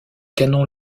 canon